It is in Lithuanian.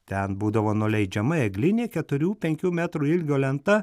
ten būdavo nuleidžiama eglinė keturių penkių metrų ilgio lenta